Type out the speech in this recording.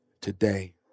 today